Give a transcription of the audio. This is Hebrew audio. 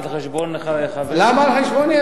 אבל על חשבון,